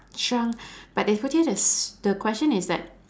shrunk but they put it as the question is that